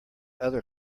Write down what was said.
other